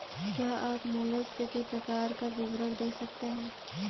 क्या आप मोलस्क के प्रकार का विवरण दे सकते हैं?